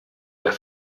der